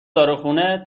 داروخونه